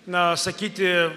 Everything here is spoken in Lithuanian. na sakyti